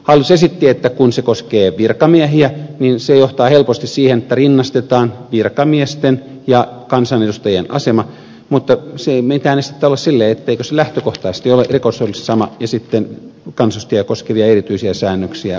hallitus esitti että kun se koskee virkamiehiä niin se johtaa helposti siihen että rinnastetaan virkamiesten ja kansanedustajien asema mutta ei ole mitään estettä sille etteikö se lähtökohtaisesti ole rikosoikeudellisesti sama ja sitten on kansanedustajia koskevia erityisiä säännöksiä